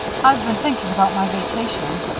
i've been thinking about my vacation.